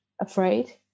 afraid